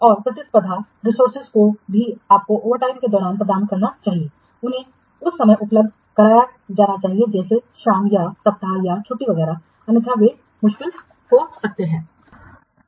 और प्रतिस्पर्धी रिसोर्सेजों को भी आपको ओवरटाइम के दौरान प्रदान करना चाहिए उन्हें उस समय उपलब्ध कराया जाना चाहिए जैसे शाम या सप्ताहांत या छुट्टियां वगैरहअन्यथा वे मुश्किल हो सकते हैं